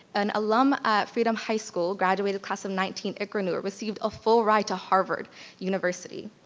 an alum at freedom high school, graduated class of nineteen, iqra noor, received a full ride to harvard university.